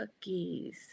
cookies